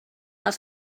els